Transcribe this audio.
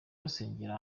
basengera